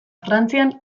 frantzian